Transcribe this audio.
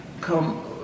come